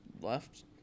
left